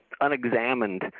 unexamined